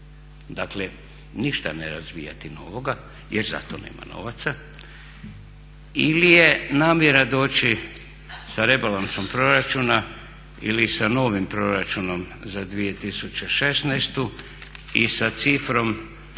dakle ne razvijati novoga jer za to nema novaca ili je namjera doći sa rebalansom proračuna ili sa novim proračunom za 2016.i sa cifrom